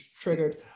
triggered